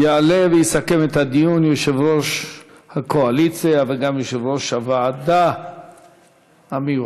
יעלה ויסכם את הדיון יושב-ראש הקואליציה וגם יושב-ראש הוועדה המשותפת